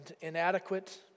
inadequate